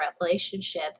relationship